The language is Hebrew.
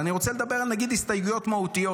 אני רוצה לדבר על הסתייגויות מהותיות.